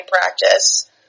practice